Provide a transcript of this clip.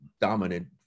dominant